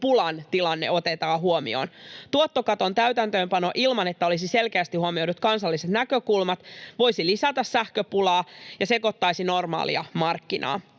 sähköpulan tilanne otetaan huomioon. Tuottokaton täytäntöönpano ilman, että olisi selkeästi huomioidut kansalliset näkökulmat, voisi lisätä sähköpulaa ja sekoittaa normaalia markkinaa.